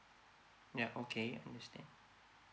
ya okay understand